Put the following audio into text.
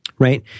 right